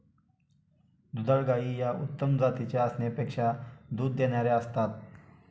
दुधाळ गायी या उत्तम जातीच्या असण्यापेक्षा दूध देणाऱ्या असतात